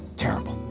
terrible.